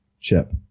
chip